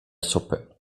suppe